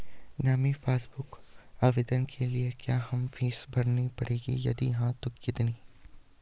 नयी passbook book आवेदन के लिए क्या हमें फीस भरनी पड़ेगी यदि हाँ तो कितनी?